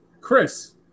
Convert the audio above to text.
Chris